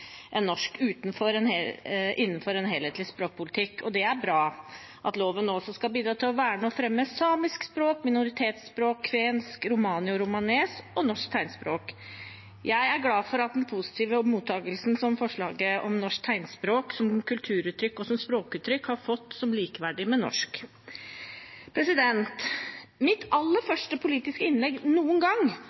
norsk innenfor en helhetlig språkpolitikk, og det er bra at loven nå også skal bidra til å verne og fremme samisk språk, minoritetsspråk – kvensk, romani, romanes – og norsk tegnspråk. Jeg er glad for den positive mottakelsen som forslaget om norsk tegnspråk som kulturuttrykk og som språkuttrykk har fått som likeverdig med norsk. Mitt aller første politiske innlegg noen gang